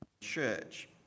church